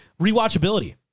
rewatchability